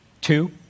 two